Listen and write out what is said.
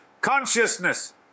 consciousness